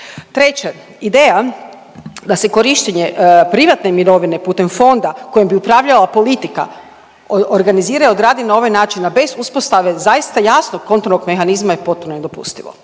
Treće, ideja da se korištenje privatne mirovine putem fonda kojim bi upravljala politika organizirana i odradi na ovaj način na bez uspostave zaista jasnog kontrolnog mehanizma je potpuno nedopustivo.